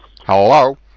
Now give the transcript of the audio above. Hello